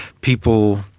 people